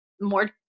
more